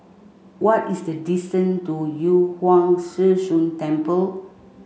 what is the to Yu Huang Zhi Zun Temple